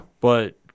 But-